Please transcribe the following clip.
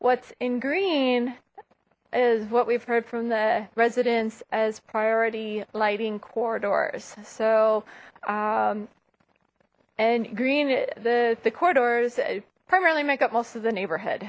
what's in green is what we've heard from the residents as priority lighting corridors so and green the the corridors primarily make up most of the neighborhood